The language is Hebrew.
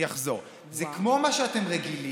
אני אחזור, זה כמו מה שאתם רגילים,